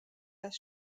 das